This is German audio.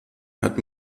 hat